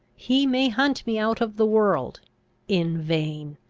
he may hunt me out of the world in vain!